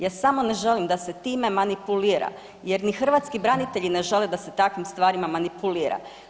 Ja samo ne želim da se time manipulira, jer ni hrvatski branitelji ne žele da se takvim stvarima manipulira.